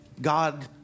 God